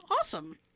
awesome